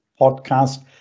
podcast